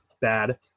bad